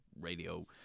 radio